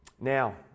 Now